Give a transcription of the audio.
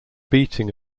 beating